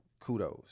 kudos